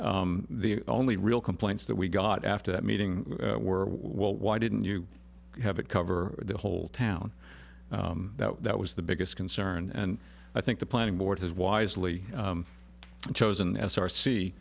the only real complaints that we got after that meeting were well why didn't you have it cover the whole town that was the biggest concern and i think the planning board has wisely chosen as our see